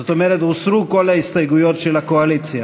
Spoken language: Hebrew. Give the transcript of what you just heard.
זאת אומרת, הוסרו כל ההסתייגויות של הקואליציה.